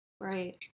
right